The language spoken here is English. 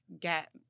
get